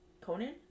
Conan